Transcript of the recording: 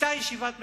ישיבת ממשלה,